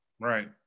right